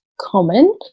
common